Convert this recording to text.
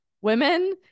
women